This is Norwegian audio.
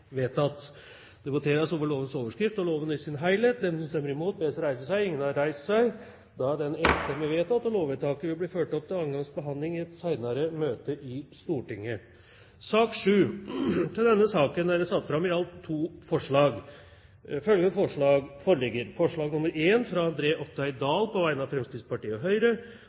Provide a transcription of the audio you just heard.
Det voteres over lovens overskrift og loven i sin helhet. Lovvedtaket vil bli ført opp til annen gangs behandling i et senere møte i Stortinget. Det voteres over lovens overskrift og loven i sin helhet. Lovvedtaket vil bli ført opp til annen gangs behandling i et senere møte i Stortinget. Under debatten er det satt fram to forslag. Det er forslag nr. 1, fra André Oktay Dahl på vegne av Fremskrittspartiet og Høyre